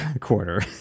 quarter